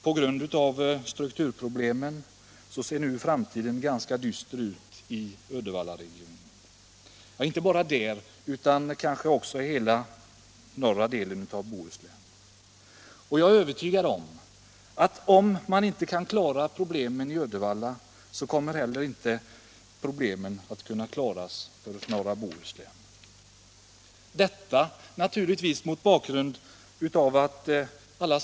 På grund av strukturproblemen ser nu framtiden dyster ut i Uddevallaregionen — ja, inte bara där utan i hela norra Bohuslän. Jag är övertygad om att kan inte problemen i Uddevalla bemästras så kommer det att medföra stora svårigheter för hela den norra delen av Bohuslän.